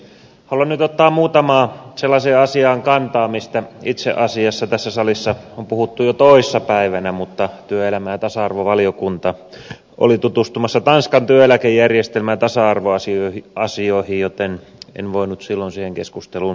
haluan nyt ottaa kantaa muutamaan sellaiseen asiaan mistä itse asiassa tässä salissa on puhuttu jo toissapäivänä mutta työelämä ja tasa arvovaliokunta oli tutustumassa tanskan työeläkejärjestelmään ja tasa arvoasioihin joten en voinut silloin siihen keskusteluun osallistua